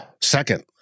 Second